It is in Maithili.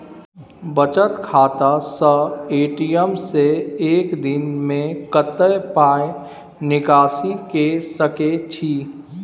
बचत खाता स ए.टी.एम से एक दिन में कत्ते पाई निकासी के सके छि?